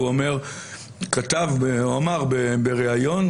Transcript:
והוא אמר בריאיון,